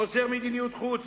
חוסר מדיניות חוץ.